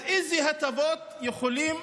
אז איזה הטבות יכולים